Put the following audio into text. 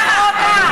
אסור לעמוד.